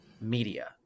media